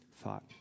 thought